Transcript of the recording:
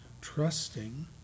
trusting